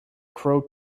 crow